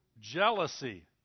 Jealousy